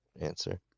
answer